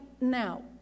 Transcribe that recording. now